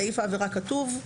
סעיף העבירה כתוב,